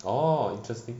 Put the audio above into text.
orh interesting